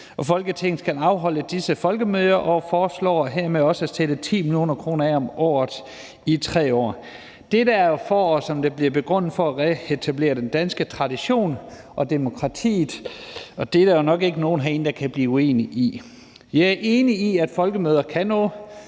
Folketinget skal afholde disse folkemøder, og foreslår hermed også at sætte 10 mio. kr. af om året i 3 år. Dette er, som det bliver begrundet, for at reetablere den danske tradition og revitalisere demokratiet, og det er der jo nok ikke nogen herinde der kan blive uenige i. Jeg er enig i, at folkemøder kan